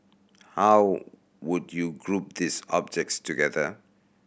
how would you group these objects together